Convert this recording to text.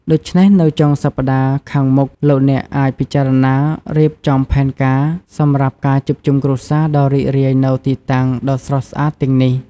ដូច្នេះនៅចុងសប្តាហ៍ខាងមុខ លោកអ្នកអាចពិចារណារៀបចំផែនការសម្រាប់ការជួបជុំគ្រួសារដ៏រីករាយនៅទីតាំងដ៏ស្រស់ស្អាតទាំងនេះ។